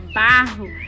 barro